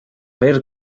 ver